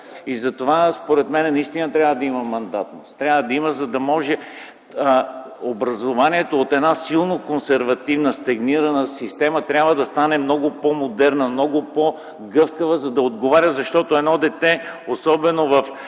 Затова според мен наистина трябва да има мандатност, за да може образованието от една силно консервативна стагнирана система трябва да стане много по-модерна, много по-гъвкава, за да отговаря, защото едно дете, особено